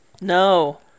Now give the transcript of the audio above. No